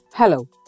Hello